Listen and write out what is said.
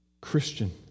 Christian